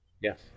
yes